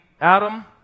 Adam